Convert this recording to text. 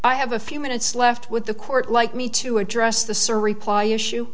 i have a few minutes left with the court like me to address the sir reply issue